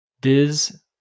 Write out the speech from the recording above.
Diz